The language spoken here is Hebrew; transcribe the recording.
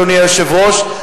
אדוני היושב-ראש,